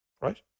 right